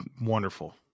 Wonderful